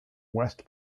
west